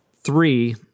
three